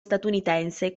statunitense